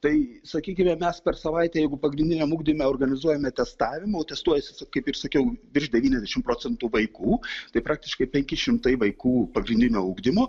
tai sakykime mes per savaitę jeigu pagrindiniam ugdyme organizuojame testavimą o testuojasi kaip ir sakiau virš devyniasdešimt procentų vaikų tai praktiškai penki šimtai vaikų pagrindinio ugdymo